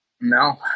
No